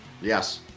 Yes